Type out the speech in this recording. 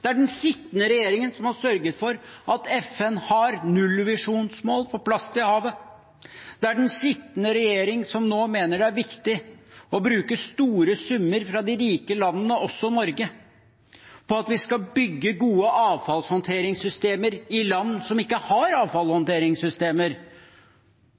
Den sittende regjeringen har sørget for at FN har nullvisjonsmål for plast i havet. Den sittende regjeringen mener det nå er viktig å bruke store summer fra de rike landene – også Norge – på å bygge gode avfallhåndteringssystemer i land som ikke har